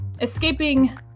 escaping